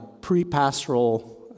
pre-pastoral